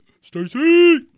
Stacy